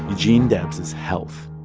eugene debs' health